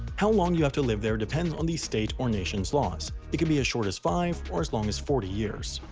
how long you have to live there depends on the state or nation's laws. it could be as short as five or as long as forty years.